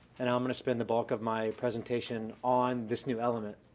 and i'm going to spend the bulk of my presentation on this new element.